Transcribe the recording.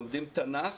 לומדים תנ"ך,